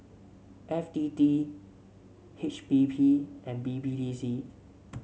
F T T H B P and B B D C